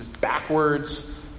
backwards